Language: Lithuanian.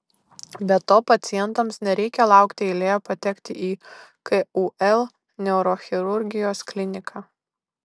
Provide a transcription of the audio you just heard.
be to pacientams nereikia laukti eilėje patekti į kul neurochirurgijos kliniką